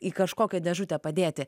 į kažkokią dėžutę padėti